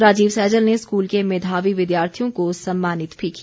राजीव सैजल ने स्कूल के मेधावी विद्यार्थियों को सम्मानित भी किया